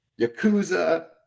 yakuza